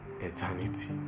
eternity